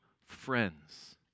friends